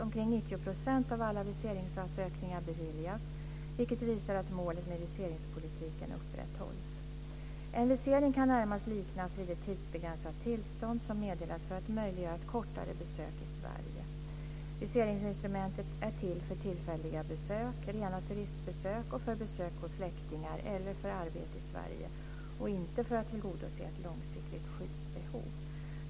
Omkring 90 % av alla viseringsansökningar beviljas, vilket visar att målet med viseringspolitiken upprätthålls. En visering kan närmast liknas vid ett tidsbegränsat tillstånd som meddelas för att möjliggöra ett kortare besök i Sverige. Viseringsinstrumentet är till för tillfälliga besök, rena turistbesök och för besök hos släktingar, eller för arbete i Sverige, och inte för att tillgodose ett långsiktigt skyddsbehov.